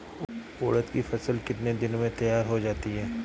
उड़द की फसल कितनी दिनों में तैयार हो जाती है?